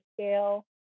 scale